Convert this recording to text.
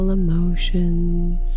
emotions